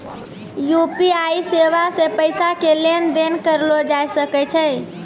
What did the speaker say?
UPI सेबा से पैसा के लेन देन करलो जाय सकै छै